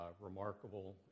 remarkable